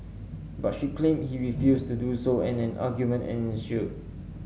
but she claimed he refused to do so and an argument ensued